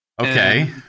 Okay